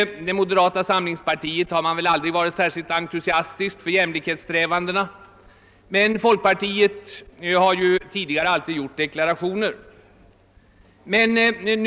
Moderata samlingspartiet har väl aldrig varit särskilt entusiastiskt för jämlikhetssträvandena, men folkpartiet har ju tidigare alltid gjort deklarationer om sitt intresse för saken.